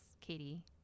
Katie